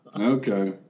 okay